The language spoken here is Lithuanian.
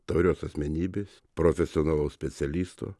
taurios asmenybės profesionalaus specialisto